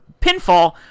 pinfall